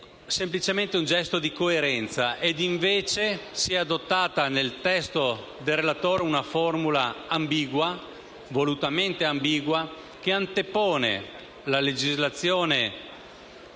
semplicemente un gesto di coerenza ed invece si è adottata, nel testo del relatore, una formula volutamente ambigua, che antepone la legislazione